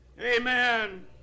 Amen